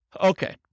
Okay